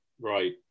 Right